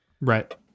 Right